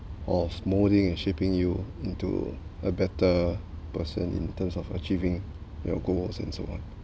of molding and shaping you into a better person in terms of achieving your goals and so on